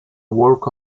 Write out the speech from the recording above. walk